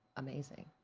amazing.